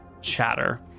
chatter